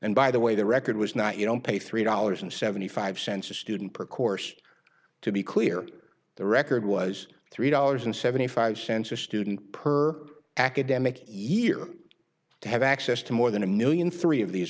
and by the way the record was not you don't pay three dollars and seventy five cents a student per course to be clear the record was three dollars and seventy five cents a student per academic year to have access to more than a million three of these